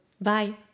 Bye